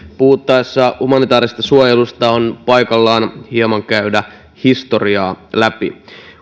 puhuttaessa humanitaarisesta suojelusta on paikallaan hieman käydä historiaa läpi